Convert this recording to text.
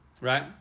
right